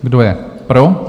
Kdo je pro?